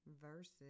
Verses